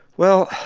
well,